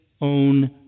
own